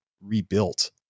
rebuilt